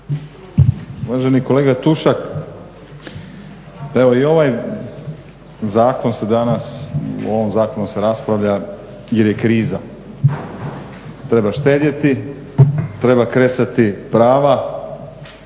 Uvaženi kolega Tušak pa evo i ovaj zakon se danas, o ovom zakonu se raspravlja jer je kriza, treba štedjeti, treba kresati prava,